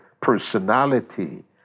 personality